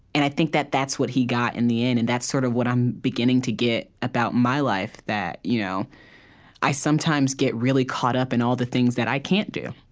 and i think that that's what he got, in the end, and that's sort of what i'm beginning to get about my life, that you know i sometimes get really caught up in and all the things that i can't do